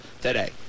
today